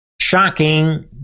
Shocking